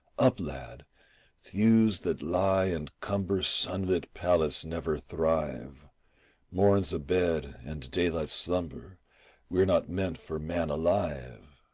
up, lad thews that lie and cumber sunlit pallets never thrive morns abed and daylight slumber were not meant for man alive.